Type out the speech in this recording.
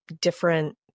different